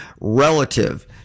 relative